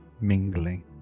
mingling